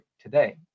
today